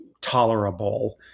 tolerable